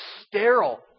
sterile